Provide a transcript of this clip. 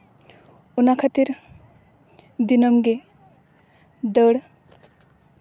ᱚᱱᱟ ᱠᱷᱟᱹᱛᱤᱨ ᱫᱤᱱᱟᱹᱢ ᱜᱮ ᱫᱟᱹᱲ